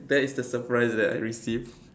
that is the surprise that I received